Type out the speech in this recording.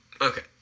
okay